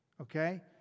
Okay